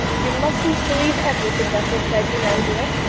you mustn't believe everything that was said, you know, dear.